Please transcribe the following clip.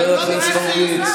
חבר הכנסת הורוביץ.